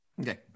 Okay